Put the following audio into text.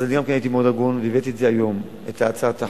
אז גם אני הייתי מאוד הגון והבאתי היום את הצעת החוק,